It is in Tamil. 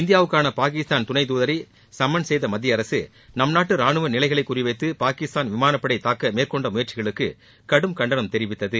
இந்தியாவுக்கான பாகிஸ்தான் துணை துதரை சம்மன் செய்த மத்திய அரசு நம் நாட்டு ராணுவ நிலைகளை குறிவைத்து பாகிஸ்தான் விமானப் படை தாக்க மேற்கொண்ட முயற்சிகளுக்கு கடும் கண்டனம் தெரிவித்தது